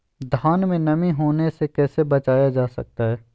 धान में नमी होने से कैसे बचाया जा सकता है?